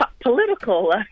political